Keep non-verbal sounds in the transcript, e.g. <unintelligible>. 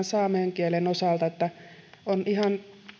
<unintelligible> saamen kielen osalta että on ihan